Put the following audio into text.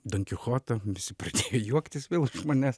donkichotą visi pradėjo juoktis vėl iš manęs